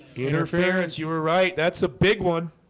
interference you were right? that's a big one